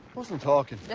wasn't talking.